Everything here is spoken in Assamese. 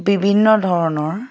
বিভিন্ন ধৰণৰ